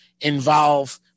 involve